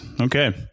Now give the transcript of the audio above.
okay